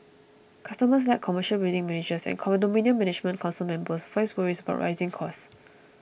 customers like commercial building managers and condominium management council members voiced worries about rising costs